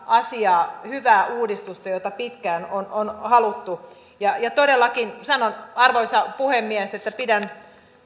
asiaa hyvää uudistusta joita pitkään on on haluttu ja ja todellakin sanon arvoisa puhemies että pidän